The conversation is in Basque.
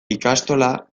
ikastola